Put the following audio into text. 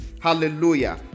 Hallelujah